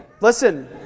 Listen